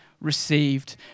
received